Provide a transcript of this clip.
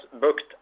booked